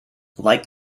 like